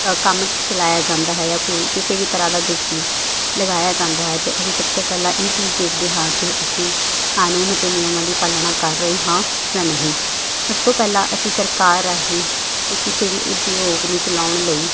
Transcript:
ਅ ਕੰਮ ਚਲਾਇਆ ਜਾਂਦਾ ਹੈ ਜਾਂ ਕੋਈ ਕਿਸੇ ਵੀ ਤਰ੍ਹਾਂ ਦਾ ਬਿਜ਼ਨਸ ਲਗਾਇਆ ਜਾਂਦਾ ਹੈ ਤਾਂ ਅਸੀਂ ਸਭ ਤੋਂ ਪਹਿਲਾਂ ਇਹ ਚੀਜ਼ ਦੇਖਦੇ ਹਾਂ ਕਿ ਅਸੀਂ ਕਾਨੂੰਨ ਅਤੇ ਨਿਯਮਾਂ ਦੀ ਪਾਲਣਾ ਕਰ ਰਹੇ ਹਾਂ ਜਾਂ ਨਹੀਂ ਸਭ ਤੋਂ ਪਹਿਲਾਂ ਅਸੀਂ ਸਰਕਾਰ ਰਾਹੀਂ ਅਤੇ ਕਿਸੇ ਵੀ ਉਦਯੋਗ ਨੂੰ ਚਲਾਉਣ ਲਈ